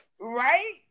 right